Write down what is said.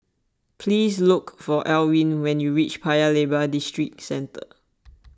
please look for Alwine when you reach Paya Lebar Districentre